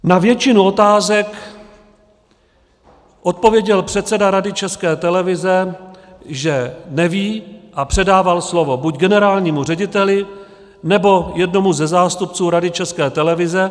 Na většinu otázek odpověděl předseda Rady České televize, že neví, a předával slovo buď generálnímu řediteli, nebo jednomu ze zástupců Rady České televize.